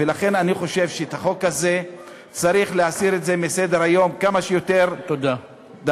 ולכן אני חושב שאת החוק הזה צריך להסיר מסדר-היום כמה שיותר דחוף.